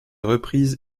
reprise